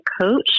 coach